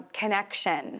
connection